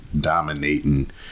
dominating